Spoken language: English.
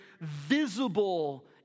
visible